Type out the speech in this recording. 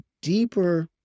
deeper